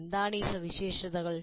എന്താണ് ഈ സവിശേഷതകൾ